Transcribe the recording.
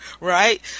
right